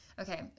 okay